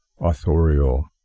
authorial